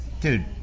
Dude